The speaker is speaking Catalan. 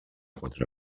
quatre